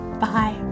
bye